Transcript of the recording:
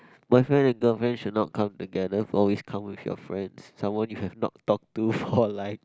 boyfriend and girlfriend should not come together always come with your friends someone you have not talked to for like